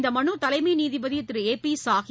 இந்த மனு தலைமை நீதிபதி திரு ஏ பி சாஹி